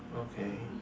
okay